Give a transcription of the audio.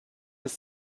ist